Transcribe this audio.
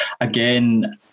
again